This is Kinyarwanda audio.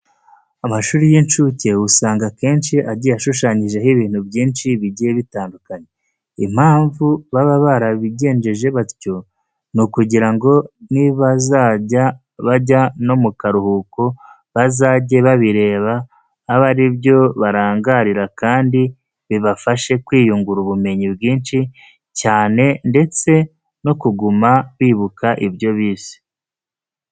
Amashuri y'incuke usanga akenshi agiye ashushanyijeho ibintu byinshi bigiye bitandukanye. Impamvu baba barabigenje batyo ni ukugira ngo nibazajya bajya no mu karuhuko bazajye babireba abe ari byo barangariraho kandi bibafashe kwiyungura ubumenyi bwinshi cyane ndetse no kuguma bibuka ibyo bize.